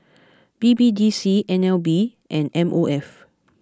B B D C N L B and M O F